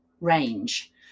range